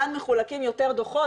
כאן מחולקים יותר דוחות,